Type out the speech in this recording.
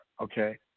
Okay